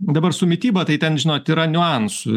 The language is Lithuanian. dabar su mityba tai ten žinot yra niuansų